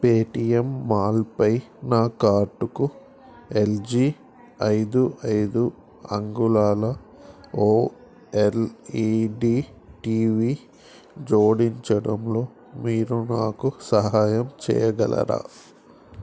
Paytm మాల్పై నా కార్టుకు ఎల్ జీ ఐదు ఐదు అంగుళాల O L E D T V జోడించడంలో మీరు నాకు సహాయం చేయగలరా